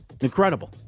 Incredible